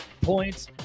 points